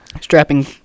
strapping